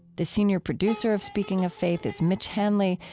the senior producer of speaking of faith is mitch hanley,